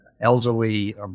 elderly